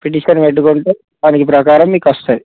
petition పెట్టుకుంటే దాని ప్రకారం మీకు వస్తుంది